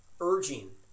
urging